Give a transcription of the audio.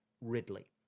Ridley